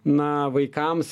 na vaikams